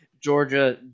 Georgia